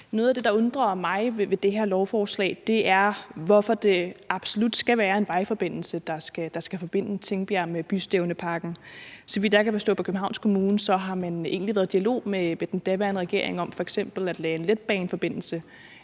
Noget af det, der undrer mig ved det her lovforslag, er, hvorfor det absolut skal være en vejforbindelse, der skal forbinde Tingbjerg med Bystævneparken. Så vidt jeg kan forstå på Københavns Kommune, har man egentlig været i dialog med den daværende regering om f.eks. at lave en letbaneforbindelse,